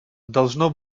должно